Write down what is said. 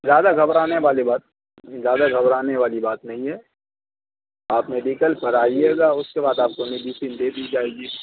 زیادہ گھبرانے والی بات زیادہ گھبرانے والی بات نہیں ہے آپ میڈیکل پر آئیے گا اس کے بعد آپ کو میڈیسین دے دی جائے گی